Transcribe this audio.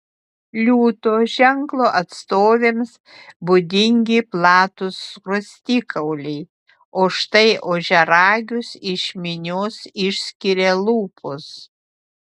liūto ženklo atstovėms būdingi platūs skruostikauliai o štai ožiaragius iš minios išskiria lūpos